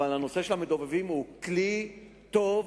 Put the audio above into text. אבל הנושא של המדובבים הוא כלי טוב,